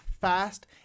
fast